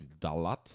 Dalat